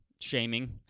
shaming